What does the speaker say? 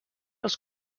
als